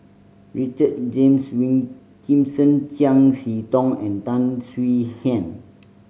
Richard James Wilkinson Chiam See Tong and Tan Swie Hian